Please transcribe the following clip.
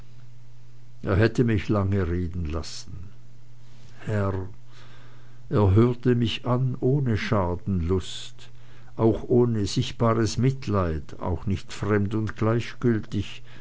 er hätte mich lange reden lassen herr er hörte mich an ohne schadenlust auch ohne sichtbares mitleid auch nicht fremd und gleichgültig